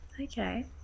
Okay